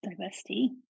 diversity